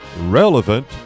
Relevant